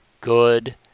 good